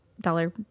dollar